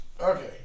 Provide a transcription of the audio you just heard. Okay